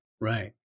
right